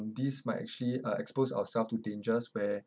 this might actually uh expose ourselves to dangers where